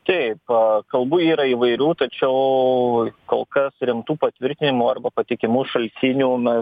taip kalbų yra įvairių tačiau kol kas rimtų patvirtinimų arba patikimų šaltinių na